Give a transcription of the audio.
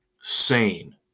sane